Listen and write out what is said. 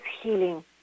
healing